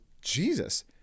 Jesus